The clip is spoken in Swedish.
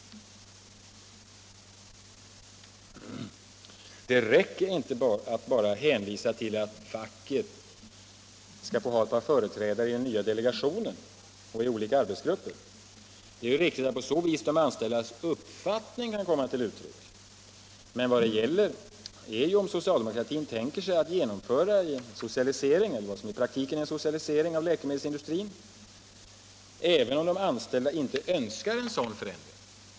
Det räcker inte med att bara hänvisa till att facket skall få ha ett par företrädare i den nya delegationen och i olika arbetsgrupper. Det är riktigt att på så vis de anställdas uppfattning kan komma till uttryck. Men vad det gäller är om socialdemokratin tänker sig att genomföra en socialisering eller vad som i praktiken är en socialisering av läkemedelsindustrin även om de anställda inte önskar en sådan förändring.